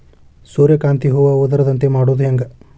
ಸೂರ್ಯಕಾಂತಿ ಹೂವ ಉದರದಂತೆ ಮಾಡುದ ಹೆಂಗ್?